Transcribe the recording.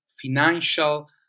financial